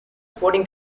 sporting